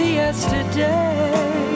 yesterday